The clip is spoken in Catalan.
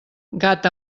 gat